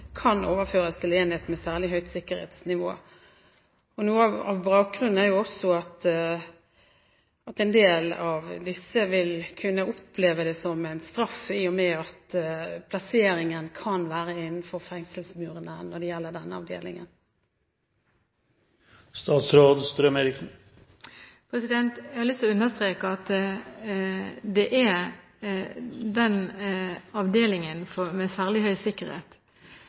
kan overføres til enhet med særlig høyt sikkerhetsnivå. Noe av bakgrunnen er at en del av disse vil kunne oppleve det som straff, i og med at plasseringen av denne avdelingen kan være innenfor fengselsmurene. Jeg har lyst til å understreke at når det gjelder avdelingen med særlig høy sikkerhet,